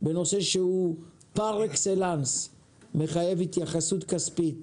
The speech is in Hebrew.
בנושא שהוא פר אקסלנס מחייב התייחסות כספית,